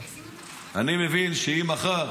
אני מבין שאם מחר